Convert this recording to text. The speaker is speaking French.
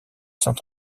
saint